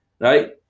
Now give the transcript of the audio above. right